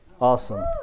Awesome